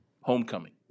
Homecoming